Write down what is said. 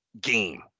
game